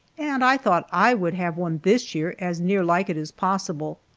and i thought i would have one this year as near like it as possible.